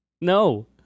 No